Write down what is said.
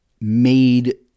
made